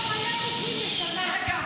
יש לנו עוד מלא חוקים, נשמה.